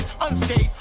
unscathed